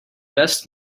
best